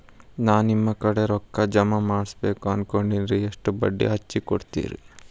ನಾ ನಿಮ್ಮ ಕಡೆ ರೊಕ್ಕ ಜಮಾ ಮಾಡಬೇಕು ಅನ್ಕೊಂಡೆನ್ರಿ, ಎಷ್ಟು ಬಡ್ಡಿ ಹಚ್ಚಿಕೊಡುತ್ತೇರಿ?